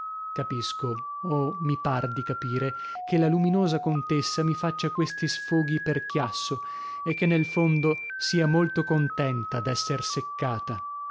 capisco o mi par di capire che la luminosa contessa mi faccia questi sfoghi per chiasso e che nel fondo sia molto contenta d'esser seccata